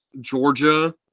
Georgia